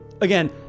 again